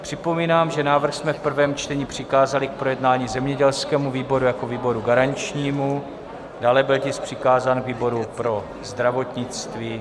Připomínám, že návrh jsme v prvém čtení přikázali k projednání zemědělskému výboru jako výboru garančnímu, dále byl tisk přikázán výboru pro zdravotnictví.